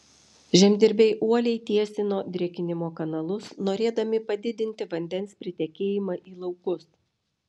žemdirbiai uoliai tiesino drėkinimo kanalus norėdami padidinti vandens pritekėjimą į laukus